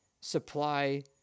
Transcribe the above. supply